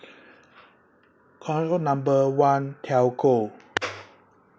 call number one telco